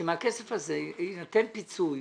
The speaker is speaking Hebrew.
שמהכסף הזה יינתן פיצוי.